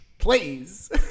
Please